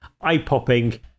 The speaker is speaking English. eye-popping